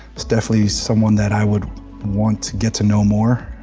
it's definitely someone that i would want to get to know more.